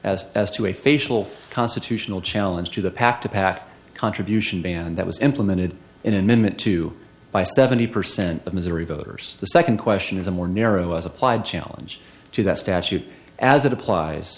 as as to a facial constitutional challenge to the pac to pac contribution ban that was implemented in minute two by seventy percent of missouri voters the second question is a more narrow as applied challenge to that statute as it applies